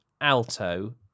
alto